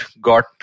got